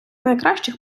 найкращих